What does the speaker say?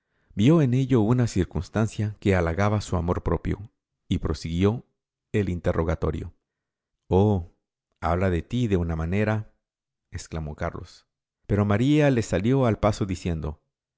vió en ello una circunstancia que halagaba su amor propio y prosiguió el interrogatorio oh habla de ti de una manera exclamó carlos pero maría le salió al paso diciendo